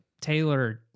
tailored